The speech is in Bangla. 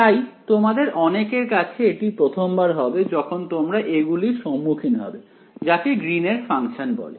তাই তোমাদের অনেকের কাছে এটি প্রথমবার হবে যখন তোমরা এগুলির সম্মুখীন হবে যাকে গ্রিনের ফাংশন বলে